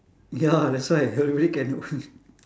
ya that's why really cannot free